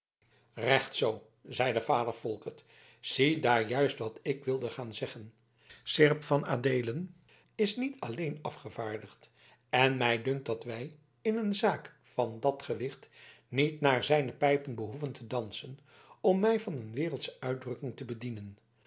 recht zoo zeide vader volkert ziedaar juist wat ik wilde gaan zeggen seerp van adeelen is niet alléén afgevaardigd en mij dunkt dat wij in een zaak van dat gewicht niet naar zijne pijpen behoeven te dansen om mij van een wereldsche uitdrukking te bedienen